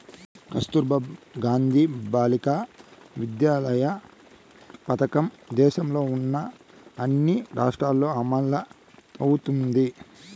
కస్తుర్బా గాంధీ బాలికా విద్యాలయ పథకం దేశంలో ఉన్న అన్ని రాష్ట్రాల్లో అమలవుతోంది